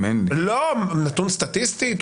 לא, נתון סטטיסטי.